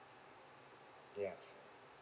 yeah